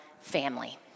family